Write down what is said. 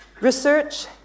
Research